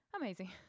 amazing